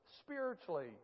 spiritually